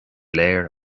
léir